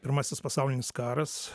pirmasis pasaulinis karas